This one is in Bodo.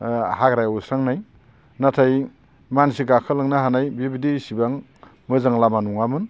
ओ हाग्रा एवस्रांनाय नाथाय मानसि गाखोलांनो हानाय बेबादि इसेबां मोजां लामा नङामोन